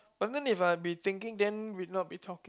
but then if I'd be thinking then we'd not be talking